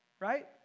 right